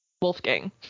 Wolfgang